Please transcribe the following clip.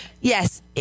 Yes